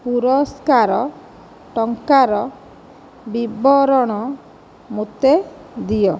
ପୁରସ୍କାର ଟଙ୍କାର ବିବରଣ ମୋତେ ଦିଅ